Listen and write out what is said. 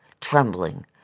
trembling